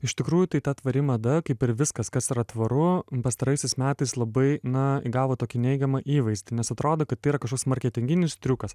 iš tikrųjų tai ta tvari mada kaip ir viskas kas yra tvaru pastaraisiais metais labai na įgavo tokį neigiamą įvaizdį nes atrodo kad tai yra kažkoks marketinginis triukas